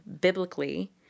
biblically